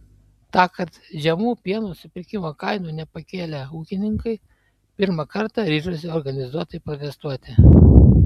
tąkart žemų pieno supirkimo kainų nepakėlę ūkininkai pirmą kartą ryžosi organizuotai protestuoti